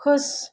ख़ुश